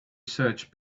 search